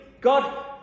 God